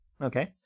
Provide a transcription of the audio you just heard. Okay